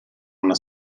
una